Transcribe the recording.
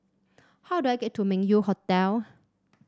how do I get to Meng Yew Hotel